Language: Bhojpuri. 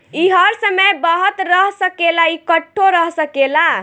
ई हर समय बहत रह सकेला, इकट्ठो रह सकेला